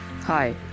Hi